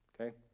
Okay